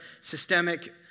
systemic